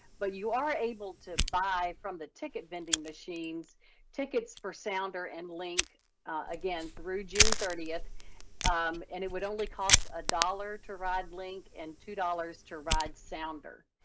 but you are able to buy from the ticket vending machines tickets for sounder and link again through june thirtieth um and it would only cost a dollar to ride link and two dollars to ride sounder.